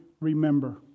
remember